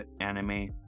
anime